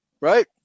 Right